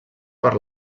per